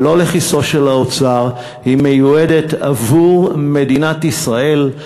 היא מיועדת עבור מדינת ישראל.